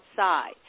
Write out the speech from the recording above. outside